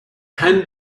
hand